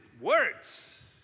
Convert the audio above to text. words